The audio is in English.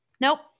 nope